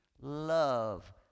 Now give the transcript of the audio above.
love